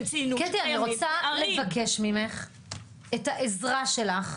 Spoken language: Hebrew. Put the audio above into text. הם ציינו שחייבים -- קטי אני רוצה לבקש ממך את העזרה שלך,